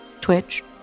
twitch